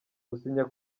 gusinya